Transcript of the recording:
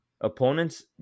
opponents